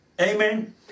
Amen